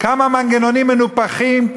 כמה מנגנונים מנופחים,